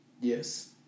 Yes